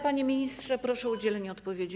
Panie ministrze, proszę o udzielenie odpowiedzi.